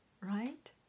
right